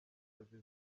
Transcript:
azize